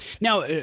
Now